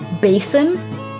basin